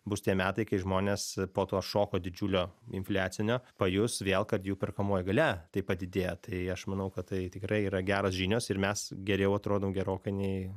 bus tie metai kai žmonės po to šoko didžiulio infliacinio pajus vėl kad jų perkamoji galia tai padidėja tai aš manau kad tai tikrai yra geros žinios ir mes geriau atrodom gerokai nei